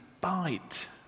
bite